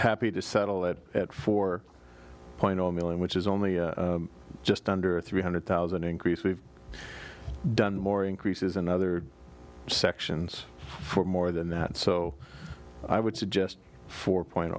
happy to settle it at four point zero million which is only just under three hundred thousand increase we've done more increases in other sections for more than that so i would suggest four point